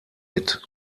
mit